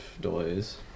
delays